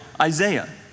Isaiah